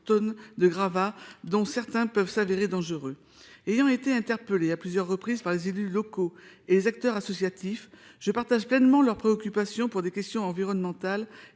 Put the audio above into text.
tonnes de gravats, dont certains peuvent s'avérer dangereux. Ayant été interpellée à plusieurs reprises par les élus locaux et les acteurs associatifs, je partage pleinement leurs préoccupations relatives aux questions environnementales